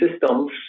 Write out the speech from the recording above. systems